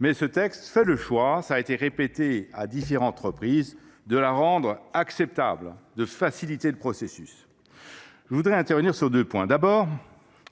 mais les auteurs de ce texte font le choix, cela a été rappelé à différentes reprises, de la rendre acceptable et d’en faciliter le processus. J’aborderai deux points